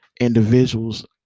individuals